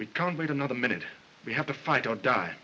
we can't wait another minute we have to fight or die